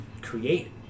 create